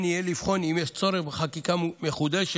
יהיה לבחון אם יש צורך בחקיקה מחודשת